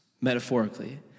metaphorically